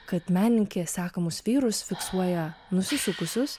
kad menininkė sekamus vyrus fiksuoja nusisukusius